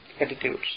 attitudes